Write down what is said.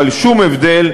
אבל שום הבדל,